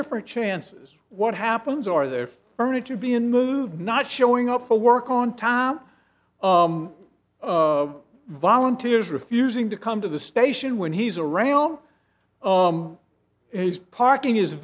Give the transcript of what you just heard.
different chances what happens are their furniture being moved not showing up for work on tom volunteers refusing to come to the station when he's around is parking his